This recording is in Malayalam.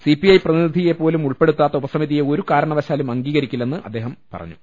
സിപിഐ പ്രതി നിധിയെ പോലും ഉൾപ്പെടുത്താത്ത ഉപസമിതിയെ ഒരു കാരണ വശാലും അംഗീകരിക്കില്ലെന്ന് അദ്ദേഹം വൃക്തമാക്കി